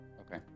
Okay